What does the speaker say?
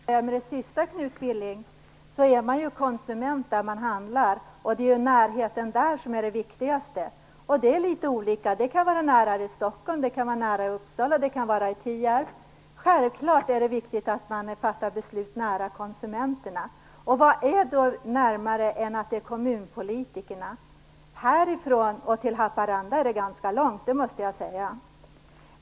Fru talman! För att börja med det sista, Knut Billing, är man ju konsument där man handlar. Det är den närheten som är det viktigaste. Det är litet olika - det kan vara nära här i Stockholm, det kan vara nära i Uppsala och i Tierp - men självklart är det viktigt att vi fattar beslut nära konsumenterna. Vad är då närmare än att det är kommunpolitikerna som beslutar? Härifrån till Haparanda är det ganska långt; det måste jag säga.